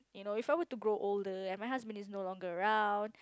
you know if I were to grow older and my husband is no longer around